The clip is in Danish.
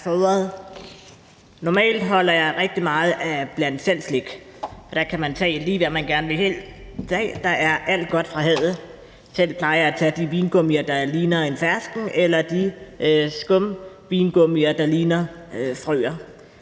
ordet. Normalt holder jeg rigtig meget af bland selv-slik. Der kan man tage lige det, man gerne vil have – der er alt godt fra havet. Selv plejer jeg at tage til de vingummier, der ligner en fersken, eller de skumvingummier, der ligner frøer.